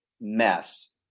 mess